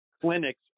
clinics